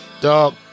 dog